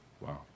Wow